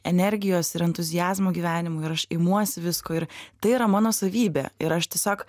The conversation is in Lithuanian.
energijos ir entuziazmo gyvenimui ir aš imuos visko ir tai yra mano savybė ir aš tiesiog